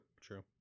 true